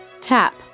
Tap